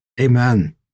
Amen